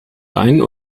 ein